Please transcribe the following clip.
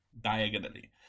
Diagonally